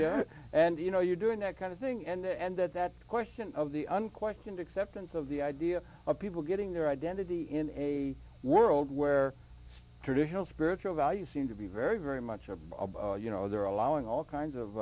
yeah and you know you're doing that kind of thing and that that question of the unquestioned acceptance of the idea of people getting their identity in a world where traditional spiritual values seem to be very very much above you know they're allowing all kinds of